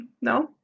No